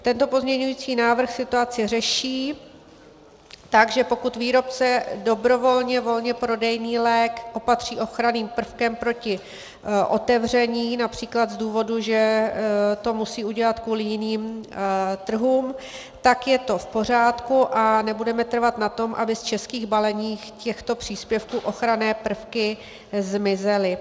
Tento pozměňující návrh situaci řeší tak, že pokud výrobce dobrovolně volně prodejný lék opatří ochranným prvkem proti otevření např. z důvodu, že to musí udělat kvůli jiným trhům, tak je to v pořádku a nebudeme trvat na tom, aby z českých balení těchto přípravků ochranné prvky zmizely.